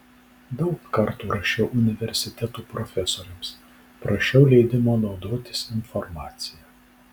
daug kartų rašiau universitetų profesoriams prašiau leidimo naudotis informacija